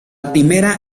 primera